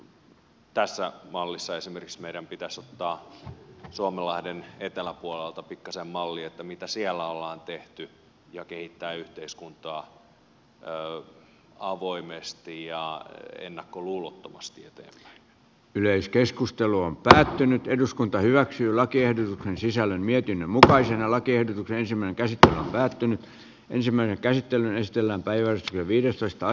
esimerkiksi tässä mallissa meidän pitäisi ottaa suomenlahden eteläpuolelta pikkasen mallia että mitä siellä ollaan tehty ja kehittää yhteiskuntaa avoimesti ja ennakkoluulottomasti ettei yleiskeskustelu on pysähtynyt eduskunta hyväksyy lakiehdotuksen sisällön mietin voisi olla kielteisemmän käsittely on päättynyt ensimmäinen käsittely estellä päivä eteenpäin